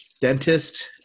dentist